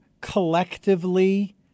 collectively